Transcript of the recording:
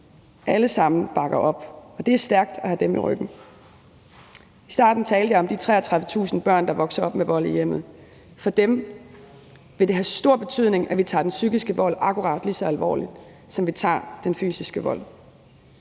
bakker op, og det er stærkt at have dem i ryggen. I starten talte jeg om de 33.000 børn, der vokser op med vold i hjemmet. For dem vil det have stor betydning, at vi tager den psykiske vold akkurat lige så alvorligt, som vi tager den fysiske vold.